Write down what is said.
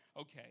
okay